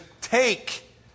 take